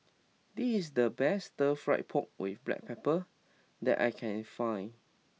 this the best stir fry pork with black pepper that I can find